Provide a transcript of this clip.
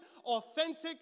authentic